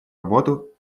работу